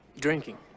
Drinking